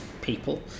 people